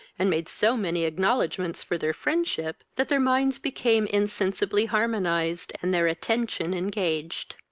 and made so many acknowledgements for their friendship, that their minds became insensibly harmonized and their attention engaged.